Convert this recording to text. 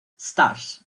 stars